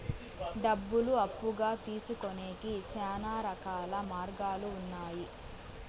డబ్బులు అప్పుగా తీసుకొనేకి శ్యానా రకాల మార్గాలు ఉన్నాయి